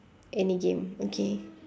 any game okay